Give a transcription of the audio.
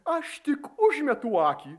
aš tik užmetu akį